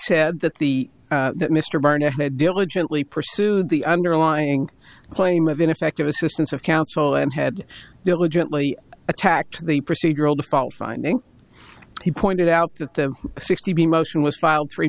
said that the that mr barnett had diligently pursued the underlying claim of ineffective assistance of counsel and had diligently attacked the procedural default finding he pointed out that the sixty motion was filed three